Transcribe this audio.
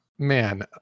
Man